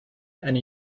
and